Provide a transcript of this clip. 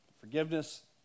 Forgiveness